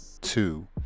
two